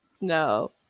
No